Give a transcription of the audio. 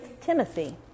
Timothy